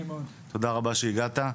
תודה רבה שהגעת.